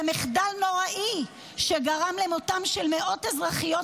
זה מחדל נוראי שגרם למותם של מאות אזרחיות